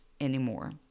anymore